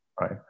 right